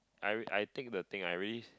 I r~ I take the thing I really